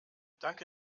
danke